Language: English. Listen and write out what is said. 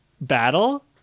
battle